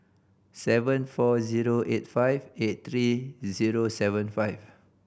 seven four zero eight five eight three zero seven five